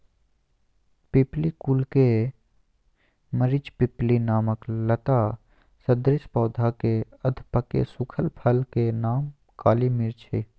पिप्पली कुल के मरिचपिप्पली नामक लता सदृश पौधा के अधपके सुखल फल के नाम काली मिर्च हई